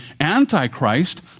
Antichrist